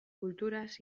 kulturaz